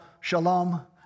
shalom